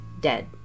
Dead